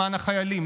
למען החיילים,